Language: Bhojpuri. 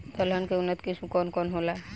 दलहन के उन्नत किस्म कौन कौनहोला?